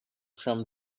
from